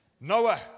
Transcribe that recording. Noah